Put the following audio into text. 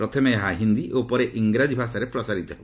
ପ୍ରଥମେ ଏହା ହିନ୍ଦୀ ଓ ପରେ ଇଂରାଜୀରେ ପ୍ରସାରିତ ହେବ